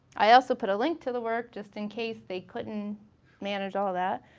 i also put a link to the work just in case they couldn't manage all that.